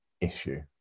issue